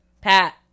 Pat